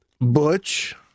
Butch